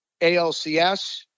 ALCS